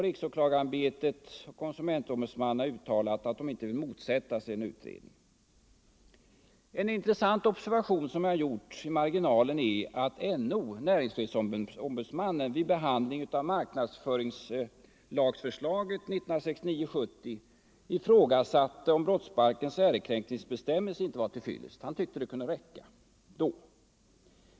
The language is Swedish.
Riksåklagarämbetet och KO har uttalat att de inte vill motsätta sig en utredning. En intressant observation i marginalen är att NO vid behandlingen av marknadsföringslagsförslaget 1969-1970 ifrågasatte om brottsbalkens ärekränkningsbestämmelser inte vore till fyllest mot ekonomiskt förtal.